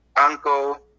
uncle